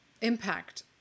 impact